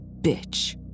bitch